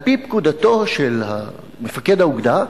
על-פי פקודתו של מפקד האוגדה,